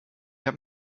habe